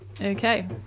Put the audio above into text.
Okay